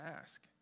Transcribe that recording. ask